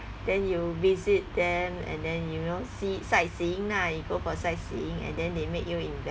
then you visit them and then you know see sightseeing lah you go for sightseeing and then they make you